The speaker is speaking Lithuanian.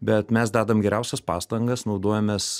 bet mes dedam geriausias pastangas naudojamės